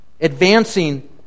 advancing